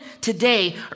today